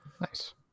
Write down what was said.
Nice